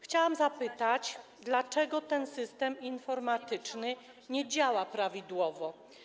Chciałam zapytać, dlaczego ten system informatyczny nie działa prawidłowo.